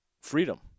freedom